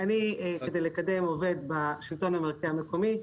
כדי לקדם עובד בשלטון המקומי,